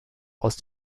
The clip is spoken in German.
aus